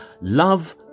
love